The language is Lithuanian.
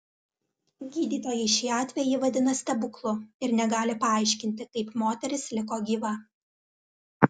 gydytojai šį atvejį vadina stebuklu ir negali paaiškinti kaip moteris liko gyva